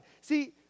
See